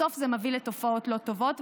בסוף זה מביא לתופעות לא טובות.